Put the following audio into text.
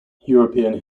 european